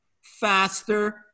faster